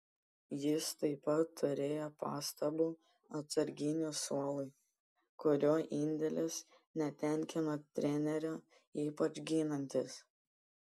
jis taip pat turėjo pastabų atsarginių suolui kurio indėlis netenkino trenerio ypač ginantis